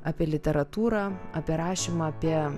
apie literatūrą apie rašymą apie